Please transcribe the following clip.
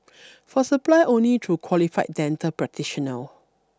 for supply only through qualified dental practitioner